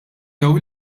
jew